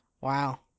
Wow